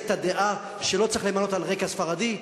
את הדעה שלא צריך למנות על רקע ספרדי,